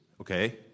okay